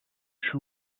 shu